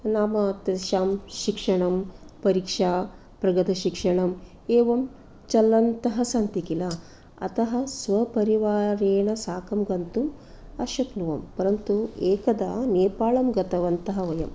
नाम तस्यां शिक्षणं परीक्षा प्रगतशिक्षणम् एवं चलन्तः सन्ति किल अतः स्वपरिवारेण साकं गन्तु अशक्नुवन् परन्तु एकदा नेपाळं गतवन्तः वयम्